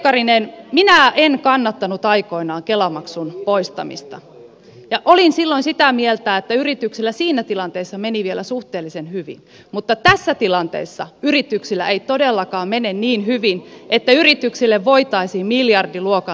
edustaja pekkarinen minä en kannattanut aikoinaan kela maksun poistamista ja olin silloin sitä mieltä että yrityksillä siinä tilanteessa meni vielä suhteellisen hyvin mutta tässä tilanteessa yrityksillä ei todellakaan mene niin hyvin että yrityksille voitaisiin miljardiluokan lisälasku palauttaa